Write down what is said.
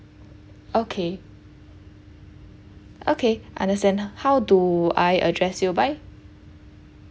okay okay understand how do I address you by